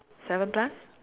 seven plus